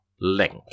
link